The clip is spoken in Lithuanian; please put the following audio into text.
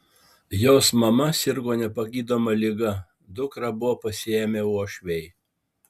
jos mama sirgo nepagydoma liga dukrą buvo pasiėmę uošviai